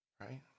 Right